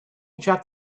dropped